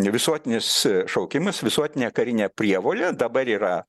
visuotinis šaukimas visuotinė karinė prievolė dabar yra